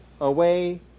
away